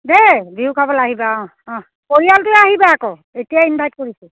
দেই বিহু খাবলৈ আহিবা অঁ অঁ পৰিয়ালটোৱে আহিবা আকৌ এতিয়াই ইনভাইট কৰিছোঁ